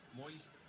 moist